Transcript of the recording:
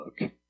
look